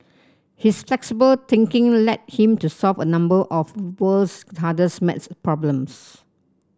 his flexible thinking led him to solve a number of world's hardest maths problems